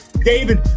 David